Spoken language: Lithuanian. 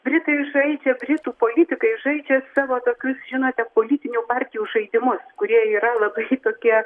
britai žaidžia britų politikai žaidžia savo tokius žinote politinių partijų žaidimus kurie yra labai tokie